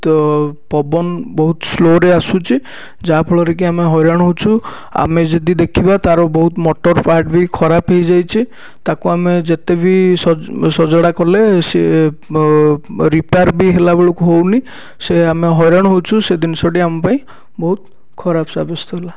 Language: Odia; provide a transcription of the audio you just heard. ତ ପବନ ବହୁତ ସ୍ଳୋ'ରେ ଆସୁଛି ଯାହା ଫଳରେ କି ଆମେ ହଇରାଣ ହେଉଛୁ ଆମେ ଯଦି ଦେଖିବା ତାର ମଟର ବହୁତ ପାର୍ଟ ବି ଖରାପ ହୋଇଯାଇଛି ତାକୁ ଆମେ ଯେତେ ବି ସଜଡ଼ା କଲେ ସେ ରିପେୟାର ବି ହେଲା ବେଳକୁ ହେଉନି ସେ ଆମେ ହଇରାଣ ହେଉଛୁ ସେ ଜିନିଷଟି ଆମ ପାଇଁ ବହୁତ ଖରାପ ସାବ୍ୟସ୍ତ ହେଲା